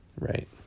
Right